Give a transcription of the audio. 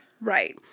Right